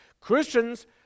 Christians